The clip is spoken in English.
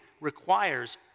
requires